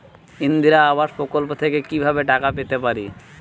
ইন্দিরা আবাস প্রকল্প থেকে কি ভাবে টাকা পেতে পারি?